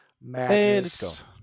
madness